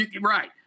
right